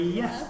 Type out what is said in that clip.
yes